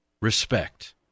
respect